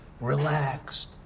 relaxed